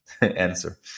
answer